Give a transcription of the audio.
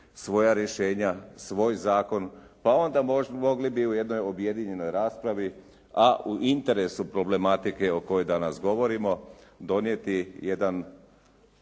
svoja rješenja, svoj zakon pa onda mogli bi u jednoj objedinjenoj raspravi, a u interesu problematike o kojoj danas govorimo donijeti jedan